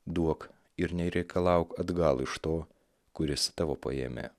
duok ir nereikalauk atgal iš to kuris tavo paėmė